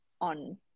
on